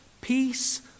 peace